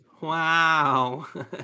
Wow